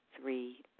three